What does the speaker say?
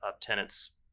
tenants